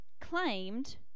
claimed